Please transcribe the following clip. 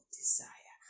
desire